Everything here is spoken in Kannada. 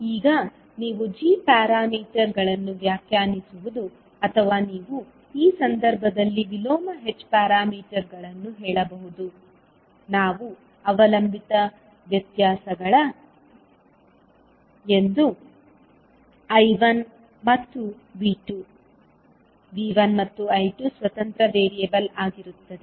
ಈಗ ನೀವು g ಪ್ಯಾರಾಮೀಟರ್ಗಳನ್ನು ವ್ಯಾಖ್ಯಾನಿಸುವುದು ಅಥವಾ ನೀವು ಈ ಸಂದರ್ಭದಲ್ಲಿ ವಿಲೋಮ h ಪ್ಯಾರಾಮೀಟರ್ಗಳನ್ನು ಹೇಳಬಹುದು ನಾವು ಅವಲಂಬಿತ ವ್ಯತ್ಯಾಸಗಳ ಎಂದು I1 ಮತ್ತು V2 V1 ಮತ್ತು I2 ಸ್ವತಂತ್ರ ವೇರಿಯಬಲ್ ಆಗಿರುತ್ತದೆ